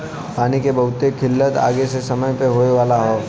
पानी के बहुत किल्लत आगे के समय में होए वाला हौ